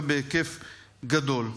ובהיקף גדול.